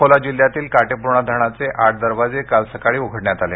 अकोला जिल्ह्यातील काटेपूर्णा धरणाचे आठ दरवाजे काल सकाळी उघडण्यात आले